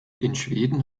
schweden